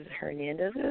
Hernandez